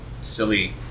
silly